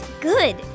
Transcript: good